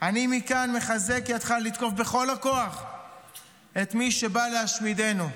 מכאן אני מחזק ידיך לתקוף בכל הכוח את מי שבא להשמידנו.